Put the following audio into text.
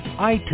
iTunes